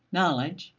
knowledge,